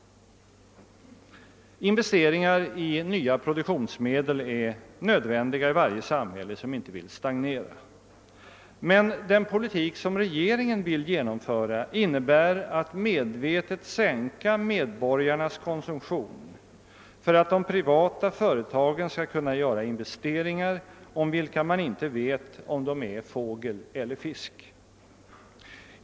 Investeringar i nya produktionsmedel är nödvändiga i varje samhälle som inte vill stagnera, men den politik regeringen vill föra innebär att man medvetet sänker medborgarnas konsumtion för att de privata företagen skall kunna göra investeringar om vilka man inte vet om de är fågel eller fisk.